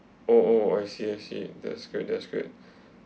oh oh oh I see I see that's good that's good